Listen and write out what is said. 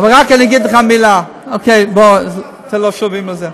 אני רק אגיד לך מילה, אתם לא שומעים את זה.